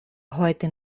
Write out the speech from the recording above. heute